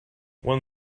one